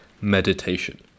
meditation